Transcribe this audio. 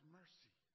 mercy